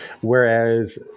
whereas